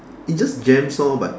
it just jams lor but